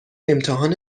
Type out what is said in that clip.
امتحان